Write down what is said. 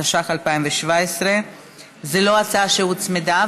התשע"ח 2017. זו לא הצעה שהוצמדה,